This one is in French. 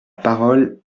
parole